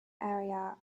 area